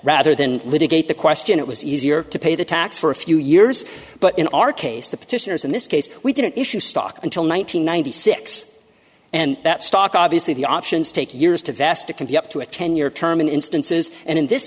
rather than litigate the question it was easier to pay the tax for a few years but in our case the petitioners in this case we didn't issue stock until one thousand nine hundred six and that stock obviously the options take years to vest it can be up to a ten year term in instances and in this